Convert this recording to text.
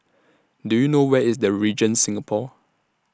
Do YOU know Where IS The Regent Singapore